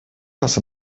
раз